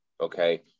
okay